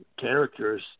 characters